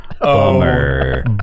Bummer